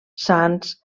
sans